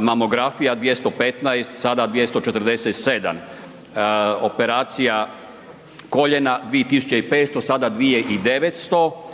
mamografija 215, sada 247, operacija koljena 2500, sada 2900.